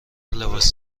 لباس